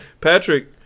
Patrick